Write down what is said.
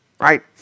right